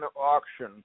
auction